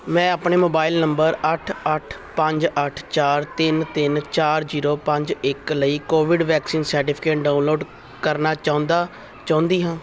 ਮੈਂ ਆਪਣੇ ਮੋਬਾਈਲ ਨੰਬਰ ਅੱਠ ਅੱਠ ਪੰਜ ਅੱਠ ਚਾਰ ਤਿੰਨ ਤਿੰਨ ਚਾਰ ਜ਼ੀਰੋ ਪੰਜ ਇੱਕ ਲਈ ਕੋਵਿਡ ਵੈਕਸੀਨ ਸਰਟੀਫਿਕੇਟ ਡਾਊਨਲੋਡ ਕਰਨਾ ਚਾਹੁੰਦਾ ਚਾਹੁੰਦੀ ਹਾਂ